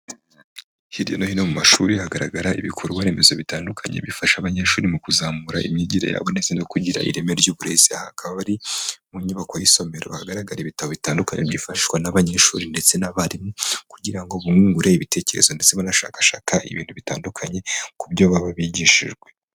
Hirya no hino mu mashuri hagaragara ibikorwa remezo bitandukanye, bifasha abanyeshuri mu kuzamura imyigire yabo ndetse no kugira ireme ry'uburezi. Aha akaba ari mu nyubako y'isomero, ahagaragara ibitabo bitandukanye byifashishwa n'abanyeshuri ndetse n'abarimu, kugira ngo biyungure ibitekerezo ndetse banashakashaka ibintu bitandukanye, ku byo baba bigishijwe.